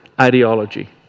ideology